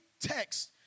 text